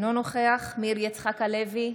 אינו נוכח מאיר יצחק הלוי,